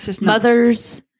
mothers